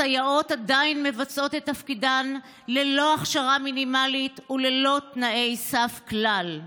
סייעות עדיין מבצעות את תפקידן ללא הכשרה מינימלית וללא תנאי סף כלל.